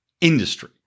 industry